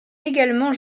également